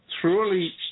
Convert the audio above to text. Truly